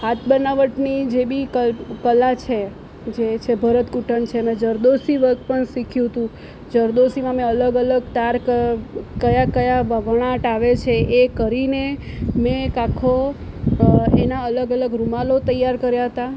હાથ બનાવટની જે બી કલ કલા છે જે છે ભરતગુંથણ છે મે જરદોશી વર્ક પણ શીખ્યું તું જરદોશીમાં મેં અલગ અલગ તાર ક કયા કયા વણાટ આવે છે એ કરીને મેં એક આખો એના અલગ અલગ રૂમાલો તૈયાર કર્યા હતા